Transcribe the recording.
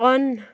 on